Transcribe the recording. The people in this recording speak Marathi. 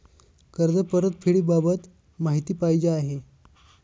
कर्ज परतफेडीबाबत माहिती पाहिजे आहे